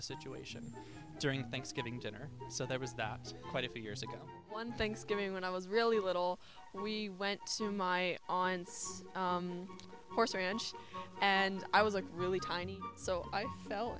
the situation during thanksgiving dinner so there was quite a few years ago one thanksgiving when i was really little we went to my aunt's horse ranch and i was like really tiny so